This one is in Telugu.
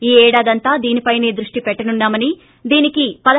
ఈ ఏడాదంతా దీనిపైనే దృష్టి పెట్లనున్నా మని దీనికి రూ